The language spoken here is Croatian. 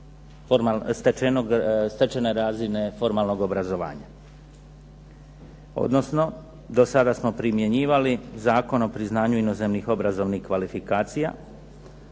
stečene razine formalnog obrazovanja. Odnosno, do sada smo primjenjivali Zakon o priznanju inozemnih obrazovnih kvalifikacija,